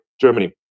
Germany